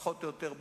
פחות או יותר,